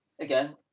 again